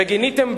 וגיניתם,